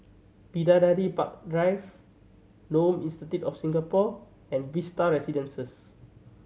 Bidadari Park Drive Nome Institute of Singapore and Vista Residences